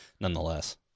nonetheless